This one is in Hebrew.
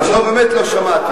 לא, באמת לא שמעתי.